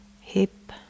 hip